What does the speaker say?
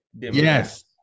yes